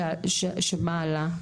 שמה עלה?